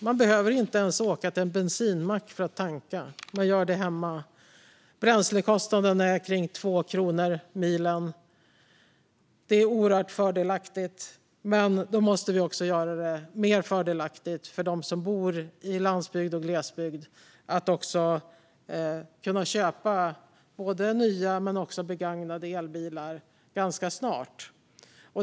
Man behöver inte ens åka till en bensinmack för att tanka; man gör det hemma. Bränslekostnaden är omkring 2 kronor milen. Det är oerhört fördelaktigt, och vi måste göra det än mer fördelaktigt för dem som bor i landsbygd och glesbygd att köpa både begagnade och nya elbilar.